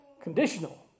conditional